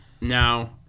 Now